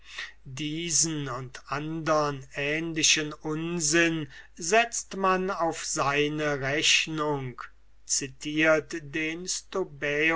diesen und andern ähnlichen unsinn setzt man auf seine rechnung citiert den